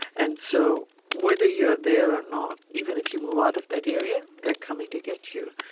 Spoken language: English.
and so whether you're there or not, even if you move out of that area, they're coming to get you.